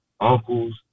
uncles